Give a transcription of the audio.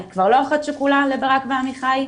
אני כבר לא אחות שכולה לברק ועמיחי?